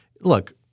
look –